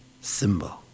symbol